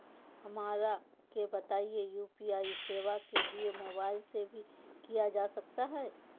हमरा के बताइए यू.पी.आई सेवा के लिए मोबाइल से भी किया जा सकता है?